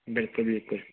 बिल्कुल बिल्कुल